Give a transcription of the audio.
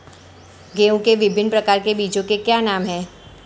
गेहूँ के विभिन्न प्रकार के बीजों के क्या नाम हैं?